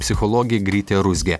psichologė grytė ruzgė